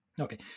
Okay